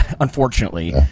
Unfortunately